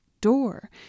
door